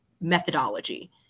methodology